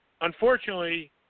unfortunately